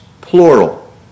plural